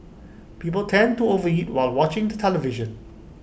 people tend to overeat while watching the television